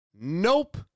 Nope